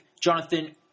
Jonathan